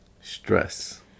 Stress